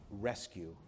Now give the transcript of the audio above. rescue